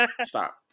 stop